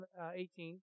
18